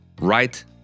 right